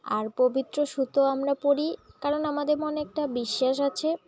আর পবিত্র সুতো আমরা পড়ি কারণ আমাদের মনে একটা বিশ্বাস আছে